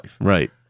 Right